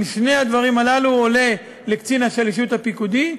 עם שני הדברים הללו הוא עולה לקצין השלישות הפיקודי,